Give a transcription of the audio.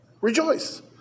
Rejoice